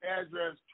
address